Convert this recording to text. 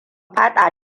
faɗa